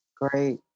Great